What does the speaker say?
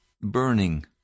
burning